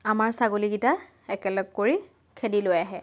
আমাৰ ছাগলীকেইটা একেলগ কৰি খেদি লৈ আহে